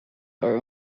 our